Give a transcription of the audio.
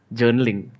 journaling